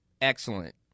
excellent